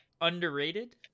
underrated